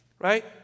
Right